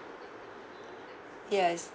yes